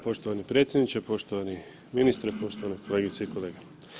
Poštovani predsjedniče, poštovani ministre, poštovane kolegice i kolege.